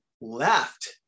left